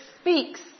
speaks